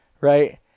right